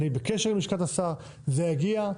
אני בקשר עם לשכת השר, זה יגיע.